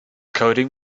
coding